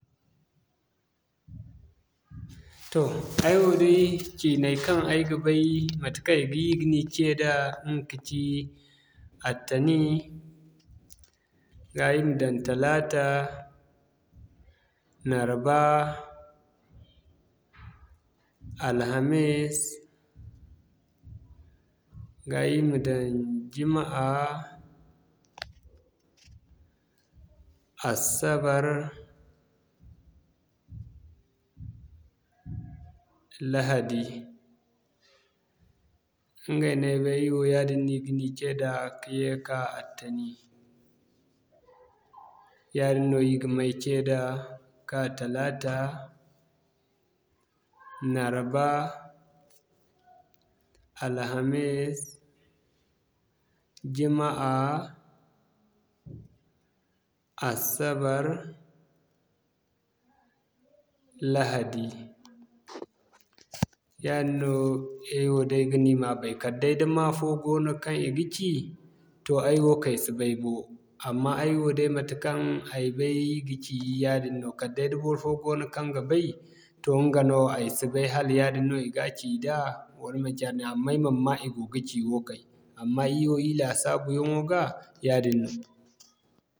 Toh ay woo day cinay kaŋ ay ga bay, matekaŋ ir ga ni te da, ɲga kaci Altiniŋ, ga i ma daŋ Talaata, Narba, alhamis, ga ir ma daŋ jumuah, asabar, lahadi. Ɲgay no ay bay yaadin no ir ga ni cee da ka yee ka'ka Altiniŋ yaadin no ir ga may cee da ka'ka talaata, narba, alhamis, jumuah, asabar, lahadi. Yaadin no, ay wo day ay ga ni ma bay kala day da ma fo goono kaŋ i ga ci, toh ay wo kay si bay bo. Amma ay wo day matekaŋ ay bay ir ga ci yaadin no kala day da barfo goono kaŋ ga bay, toh ɲga no ay si bay hala yaadin no i ga ci da, wala manci yaadin no amma ay man ma i go ga ci wookay. Amma ir wo ir laasabu yaŋo ga, yaadin no.